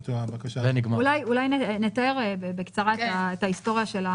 אולי נתאר בקצרה את ההיסטוריה.